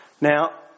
Now